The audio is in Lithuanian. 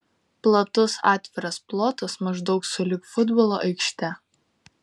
platus atviras plotas maždaug sulig futbolo aikšte